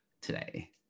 today